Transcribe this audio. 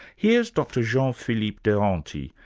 here's dr jean-phillipe deranty,